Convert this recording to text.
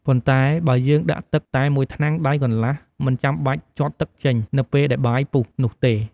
ប៉ុន្តែបើយើងដាក់ទឹកតែមួយថ្នាំងដៃកន្លះ មិនចាំបាច់ជាត់ទឹកចេញ នៅពេលដែលបាយពុះនោះទេ។